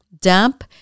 Damp